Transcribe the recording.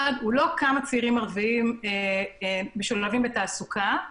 הוא לא כמה צעירים ערביים משולבים בתעסוקה,